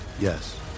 Yes